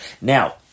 Now